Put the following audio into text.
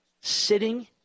sitting